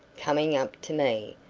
coming up to me,